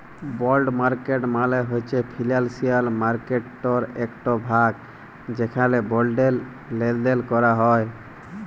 বল্ড market মালে হছে financial মার্কেটটর একট ভাগ যেখালে বল্ডের লেলদেল ক্যরা হ্যয়